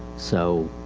so,